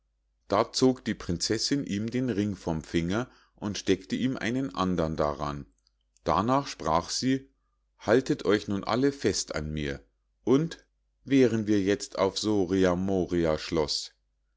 da zog die prinzessinn ihm den ring vom finger und steckte ihm einen andern daran darnach sprach sie haltet euch nun alle fest an mir und wären wir jetzt auf